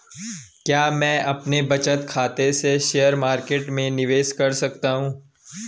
क्या मैं अपने बचत खाते से शेयर मार्केट में निवेश कर सकता हूँ?